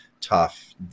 tough